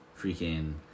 freaking